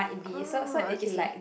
oh okay